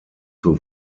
zur